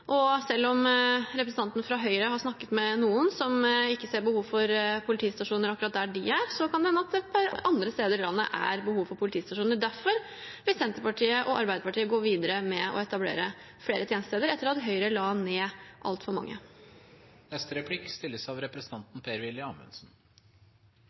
Selv om representanten fra Høyre har snakket med noen som ikke ser behov for en politistasjon akkurat der de er, kan det hende at det andre steder i landet er behov for politistasjoner. Derfor vil Senterpartiet og Arbeiderpartiet gå videre med å etablere flere tjenestesteder, etter at Høyre la ned altfor mange.